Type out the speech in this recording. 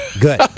Good